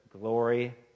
glory